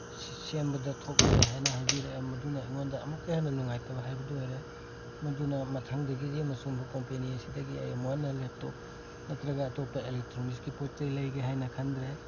ꯁꯤ ꯁꯦꯝꯕꯗ ꯊꯣꯛꯂꯔꯣꯏ ꯍꯥꯏꯅ ꯍꯥꯏꯕꯤꯔꯛꯑꯦ ꯃꯗꯨꯅ ꯑꯩꯉꯣꯟꯗ ꯑꯃꯨꯛꯀ ꯍꯦꯟꯅ ꯅꯨꯡꯉꯥꯏꯇꯕ ꯍꯥꯏꯕꯗꯨ ꯑꯣꯏꯔꯦ ꯃꯗꯨꯅ ꯃꯊꯪꯗꯒꯤꯗꯤ ꯃꯁꯨꯒꯨꯝꯕ ꯀꯣꯝꯄꯦꯅꯤ ꯑꯁꯤꯗꯒꯤ ꯑꯩ ꯑꯃꯨꯛ ꯍꯟꯅ ꯂꯦꯞꯇꯣꯞ ꯅꯠꯇ꯭ꯔꯒ ꯑꯇꯣꯞꯄ ꯑꯦꯂꯦꯛꯇ꯭ꯔꯣꯅꯤꯛꯁꯀꯤ ꯄꯣꯠ ꯆꯩ ꯂꯩꯒꯦ ꯍꯥꯏꯅ ꯈꯟꯗ꯭ꯔꯦ